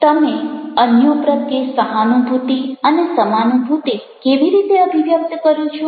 તમે અન્યો પ્રત્યે સહાનુભૂતિ અને સમાનુભૂતિ કેવી રીતે અભિવ્યક્ત કરો છો